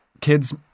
kids